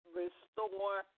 restore